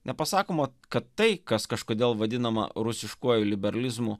nepasakoma kad tai kas kažkodėl vadinama rusiškuoju liberalizmu